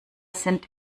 sind